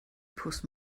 pws